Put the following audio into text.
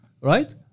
right